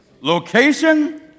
Location